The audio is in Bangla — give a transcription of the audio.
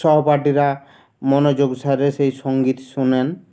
সহপাঠীরা মনোযোগ সহকারে সেই সঙ্গীত শুনেন